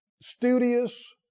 studious